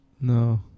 No